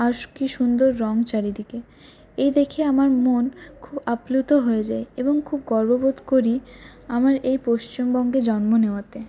আর কি সুন্দর রঙ চারিদিকে এই দেখে আমার মন খুব আপ্লুত হয়ে যায় এবং খুব গর্ব বোধ করি আমার এই পশ্চিমবঙ্গে জন্ম নেওয়াতে